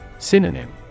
Synonym